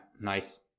nice